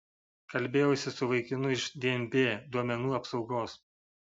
kalbėjausi su vaikinu iš dnb duomenų apsaugos